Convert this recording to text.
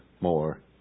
more